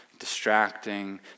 distracting